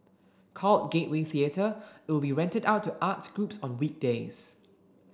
called Gateway Theatre it will be rented out to arts groups on weekdays